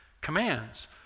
commands